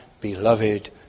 beloved